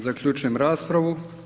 Zaključujem raspravu.